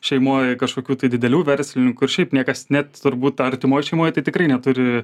šeimoj kažkokių tai didelių verslininkų ir šiaip niekas net turbūt artimoj šeimoj tai tikrai neturi